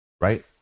Right